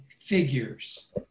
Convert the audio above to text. figures